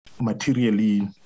materially